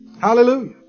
Hallelujah